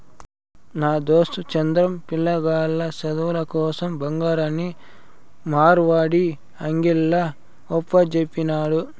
నా దోస్తు చంద్రం, పిలగాల్ల సదువుల కోసరం బంగారాన్ని మార్వడీ అంగిల్ల ఒప్పజెప్పినాడు